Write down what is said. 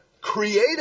created